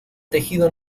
tejido